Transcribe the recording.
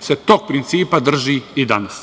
se tog principa drži i danas.